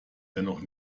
dennoch